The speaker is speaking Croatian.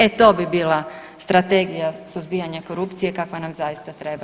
E to bi bila Strategija suzbijanja korupcije kakva nam zaista treba.